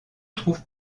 trouve